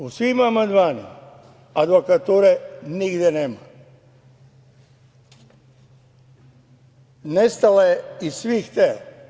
U svim amandmanima advokature nigde nema, nestala je iz svih tela.